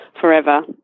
forever